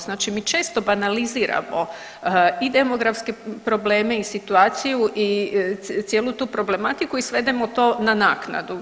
Znači mi često banaliziramo i demografske probleme i situaciju i cijelu tu problematiku i svedemo to na naknadu.